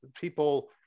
people